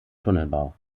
tunnelbau